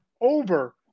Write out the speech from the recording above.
over